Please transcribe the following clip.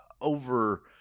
over